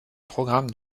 programmes